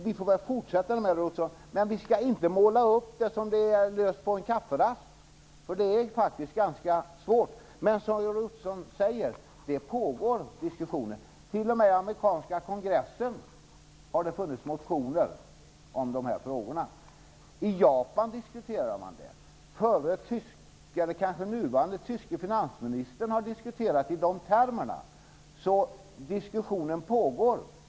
Vi får väl fortsätta med det, Roy Ottosson, men vi skall inte måla upp det som om det är löst på en kafferast. Det är faktiskt ganska svårt. Men det pågår diskussioner, precis som Roy Ottosson säger. T.o.m. i den amerikanska kongressen har det funnits motioner om dessa frågor. I Japan diskuterar man det. Den nuvarande tyske finansministern har diskuterat i de här termerna. Diskussionen pågår.